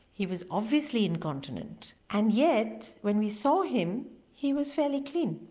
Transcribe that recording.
he was obviously incontinent and yet when we saw him he was fairly clean.